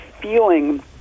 feeling